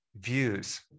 views